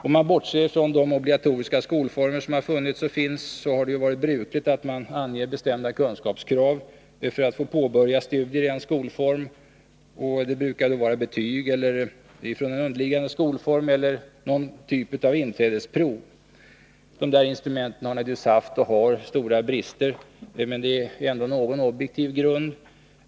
Om man bortser från de obligatoriska skolformer som funnits och finns, har det varit brukligt att ange bestämda kunskapskrav för att få påbörja studier i en skolform. Det brukar vara t.ex. betyg från en underliggande skolform eller något slag av inträdesprov. Dessa instrument har haft och har givetvis stora brister, men de ger ändå någon objektiv grund.